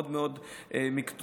היא מאוד מאוד מקצועית.